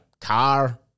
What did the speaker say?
car